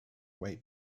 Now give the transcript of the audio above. way